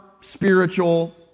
spiritual